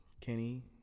Kenny